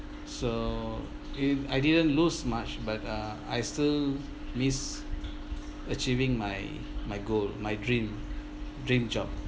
so it I didn't lose much but uh I still miss achieving my my goal my dream dream job